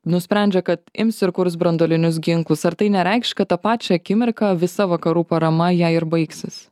nusprendžia kad ims ir kurs branduolinius ginklus ar tai nereikš kad tą pačią akimirką visa vakarų parama jai ir baigsis